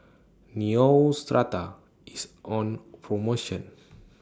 Neostrata IS on promotion